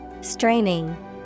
Straining